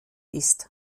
ist